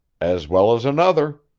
as well as another,